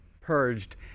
purged